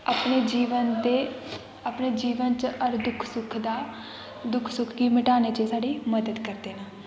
अपने जीवन दे अपने जीवन च हर दुक्ख सुख दा दुक्ख सुख गी मिटाने च साढ़ी मदद करदे न